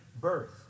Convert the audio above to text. birth